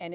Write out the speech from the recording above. and